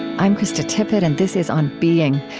i'm krista tippett, and this is on being.